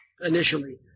initially